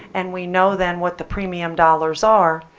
and we know then what the premium dollars are,